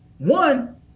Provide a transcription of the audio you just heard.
One